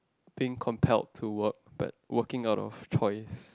being compile to work but working out of choice